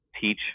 teach